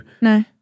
No